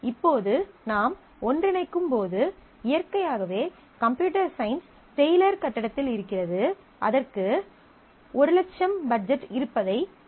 இப்போது நாம் ஒன்றிணைக்கும்போது இயற்கையாகவே கம்ப்யூட்டர் சயின்ஸ் டெய்லர் கட்டிடத்தில் இருக்கிறது அதற்கு 100000 பட்ஜெட் இருப்பதை அறிவோம்